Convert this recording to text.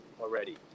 already